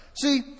See